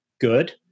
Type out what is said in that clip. good